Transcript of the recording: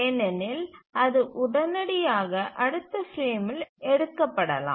ஏனெனில் அது உடனடியாக அடுத்த பிரேமில் எடுக்கப்படலாம்